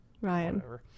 Ryan